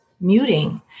muting